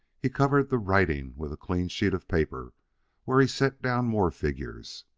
he covered the writing with a clean sheet of paper where he set down more figures.